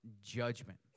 judgment